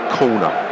corner